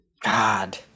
God